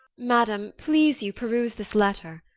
madam, please you peruse this letter.